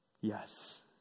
yes